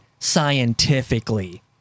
Scientifically